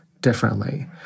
differently